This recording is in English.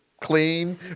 clean